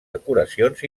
decoracions